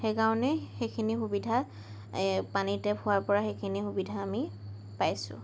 সেইকাৰণে সেইখিনি সুবিধা পানী টেপ হোৱাৰ পৰা সেইখিনি সুবিধা আমি পাইছোঁ